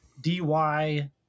Dy